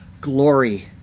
Glory